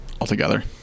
altogether